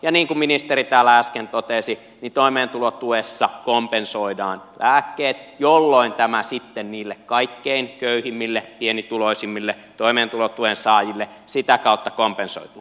niin kuin ministeri täällä äsken totesi toimeentulotuessa kompensoidaan lääkkeet jolloin tämä sitten niille kaikkein köyhimmille pienituloisimmille toimeentulotuen saajille sitä kautta kompensoituu